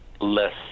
less